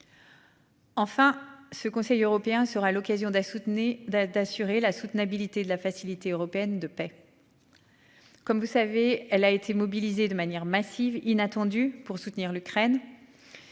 Enfin ce conseil européen sera l'occasion d'un soutenait d'assurer la soutenabilité de la Facilité européenne de paix.-- Comme vous savez, elle a été mobilisés de manière massive inattendu pour soutenir l'Ukraine.--